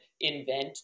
invent